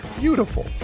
beautiful